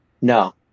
no